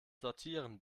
sortieren